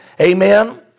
Amen